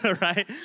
right